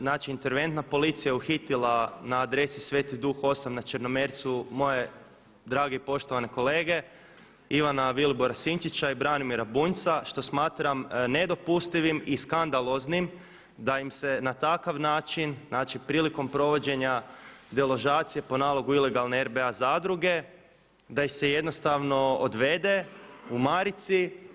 Znači interventna policija je uhitila na adresi Sveti duh 8 na Črnomercu moje drage i poštovane kolege Ivana Vilibora Sinčića i Branimira Bunjca što smatram nedopustivim i skandaloznim da im se na takav način, znači prilikom provođenja deložacije po nalogu ilegalne RBA zadruge da ih se jednostavno odvede u marici.